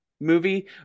movie